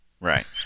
Right